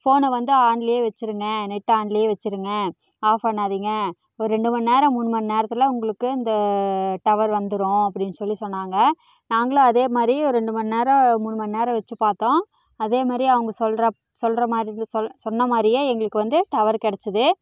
ஃபோனை வந்து ஆன்லே வச்சிருங்க நெட்டை ஆன்லயே வச்சிருங்க ஆஃப் பண்ணாதீங்க ஒரு ரெண்டுமணி நேரம் மூணுமணி நேரத்தில் உங்களுக்கு இந்த டவர் வந்துரும் அப்படின்னு சொல்லி சொன்னாங்க நாங்களும் அதேமாதிரி ரெண்டுமணி நேரம் மூணுமணி நேரம் வச்சு பார்த்தோம் அதேமாதிரி அவங்க சொல்கிற சொல்கிறமாதிரி சொன் சொன்னமாதிரியே எங்களுக்கு வந்து டவர் கிடச்சிது